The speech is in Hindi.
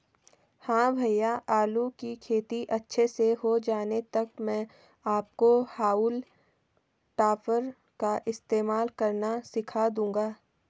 हां भैया आलू की खेती अच्छे से हो जाने तक मैं आपको हाउल टॉपर का इस्तेमाल करना सिखा दूंगा